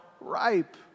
ripe